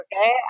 Okay